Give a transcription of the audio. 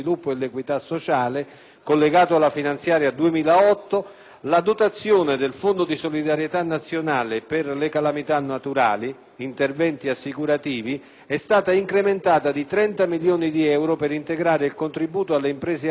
collegato alla finanziaria 2008, la dotazione del Fondo di solidarietà nazionale per le calamità naturali (interventi assicurativi) è stata incrementata di 30 milioni di euro per integrare il contributo alle imprese agricole nel 2007 ed